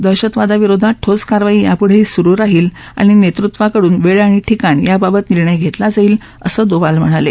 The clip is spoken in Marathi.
दहशतवादाविरोधात ठोस कारवाई यापुढेही सुरु राहील आणि नेतृत्वाकडून वेळ आणि ठिकाण याबाबत निर्णय घेतला जाईल असं डोवाल म्हणाले